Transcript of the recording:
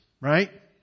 Right